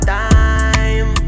time